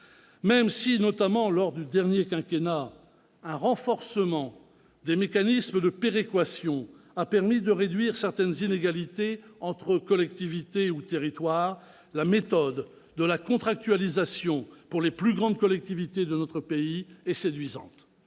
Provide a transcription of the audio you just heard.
Même si, notamment lors du dernier quinquennat, un renforcement des mécanismes de péréquation a permis de réduire certaines inégalités entre collectivités ou territoires, la méthode de la contractualisation pour les plus grandes collectivités de notre pays est séduisante